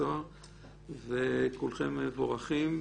כולכם מבורכים.